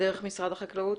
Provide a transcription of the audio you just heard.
דרך משרד החקלאות?